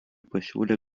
pasiūlė